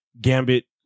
Gambit